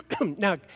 Now